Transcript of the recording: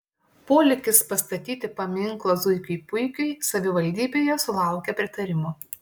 polėkis pastatyti paminklą zuikiui puikiui savivaldybėje sulaukė pritarimo